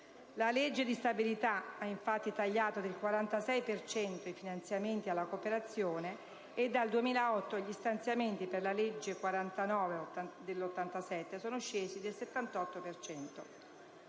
La legge di stabilità ha infatti tagliato del 46 per cento i finanziamenti alla cooperazione e dal 2008 gli stanziamenti per la legge n. 49 del 1987 sono scesi del 78